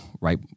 right